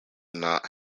not